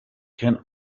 can